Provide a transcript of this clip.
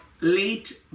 late